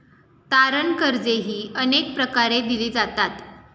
तारण कर्जेही अनेक प्रकारे दिली जातात